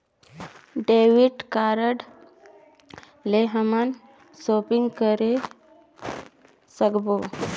Debit card ले हमन shopping करे सकबो?